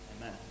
amen